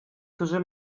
którzy